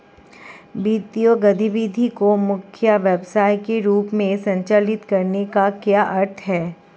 वित्तीय गतिविधि को मुख्य व्यवसाय के रूप में संचालित करने का क्या अर्थ है?